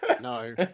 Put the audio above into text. no